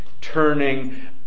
turning